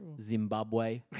Zimbabwe